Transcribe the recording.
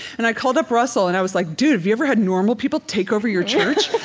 and i called up russell, and i was like, dude, have you ever had normal people take over your church?